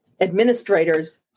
administrators